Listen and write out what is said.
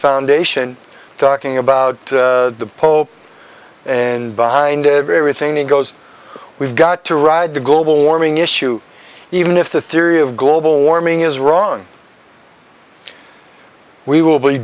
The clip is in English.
foundation talking about the pope and behind the very thing it goes we've got to ride the global warming issue even if the theory of global warming is wrong we will be